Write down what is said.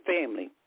family